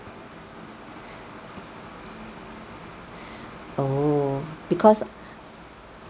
oh because